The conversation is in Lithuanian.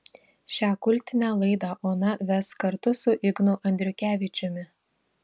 šią kultinę laidą ona ves kartu su ignu andriukevičiumi